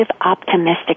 optimistic